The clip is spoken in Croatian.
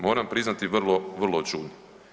Moram priznati vrlo čudno.